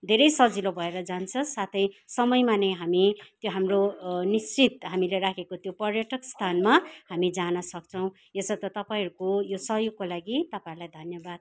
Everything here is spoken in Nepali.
धेरै सजिलो भएर जान्छ साथै समयमा नै हामी त्यो हाम्रो निश्चित हामीले राखेको त्यो पर्यटक स्थानमा हामी जान सक्छौँ यसर्थ तपाईँहरूको यो सहयोगको लागि तपाईँहरूलाई धन्यवाद